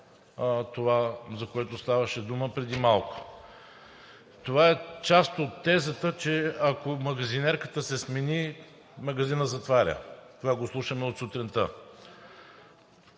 това, за което ставаше дума преди малко. Това е част от тезата, че ако магазинерката се смени, магазинът затваря – това го слушаме от сутринта.